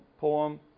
poem